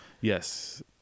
yes